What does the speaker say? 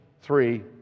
three